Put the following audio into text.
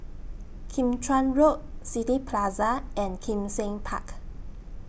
Kim Chuan Road City Plaza and Kim Seng Park